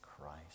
Christ